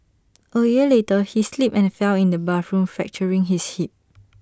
A year later he slipped and fell in the bathroom fracturing his hip